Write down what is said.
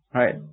right